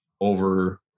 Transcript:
over